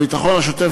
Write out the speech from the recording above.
הביטחון השוטף,